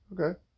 Okay